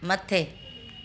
मथे